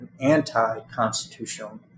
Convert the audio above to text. anti-constitutional